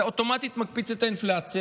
זה אוטומטית מקפיץ את האינפלציה,